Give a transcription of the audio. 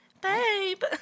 babe